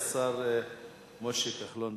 השר משה כחלון.